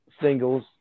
singles